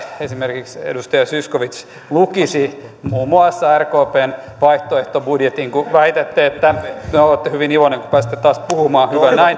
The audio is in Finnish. esimerkiksi edustaja zyskowicz lukisi muun muassa rkpn vaihtoehtobudjetin kun väitätte että no olette hyvin iloinen kun pääsette taas puhumaan mutta